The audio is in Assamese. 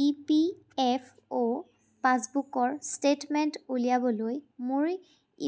ইপিএফঅ' পাছবুকৰ ষ্টেটমেণ্ট উলিয়াবলৈ মোৰ